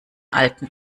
alten